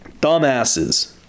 dumbasses